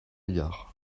égard